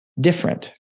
different